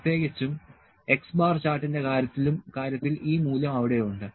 പ്രത്യേകിച്ചും X bar ചാർട്ടിന്റെ കാര്യത്തിൽ ഈ മൂല്യം അവിടെ ഉണ്ട്